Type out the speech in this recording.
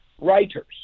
writers